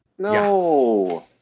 No